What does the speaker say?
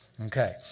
Okay